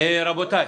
רבותיי,